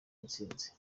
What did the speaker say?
intsinzi